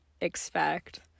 expect